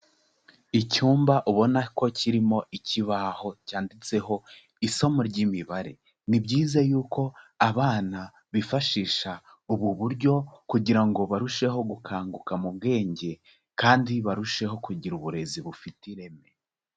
Icyumba ubona ko kirimo ikibaho cyanditseho isomo ry'imibare, ni byiza yuko abana bifashisha ubu buryo kugira ngo barusheho gukanguka mu bwenge, kandi barusheho kugira uburezi bufite ireme.